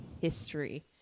history